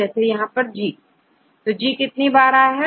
उदाहरण के तौर परG कितने बार है